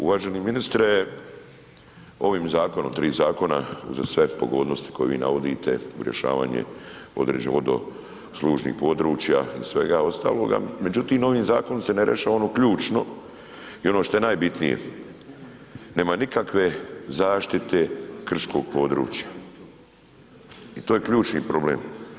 Uvaženi ministre, ovim zakonom, tri zakona, uza sve pogodnosti koje vi navodite, rješavanje određenih vodoslužnih područja i svega ostaloga, međutim ovim zakonom se ne rješava ono ključno i ono što je najbitnije, nema nikakve zaštite krčkog područja i to je ključni problem.